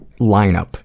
lineup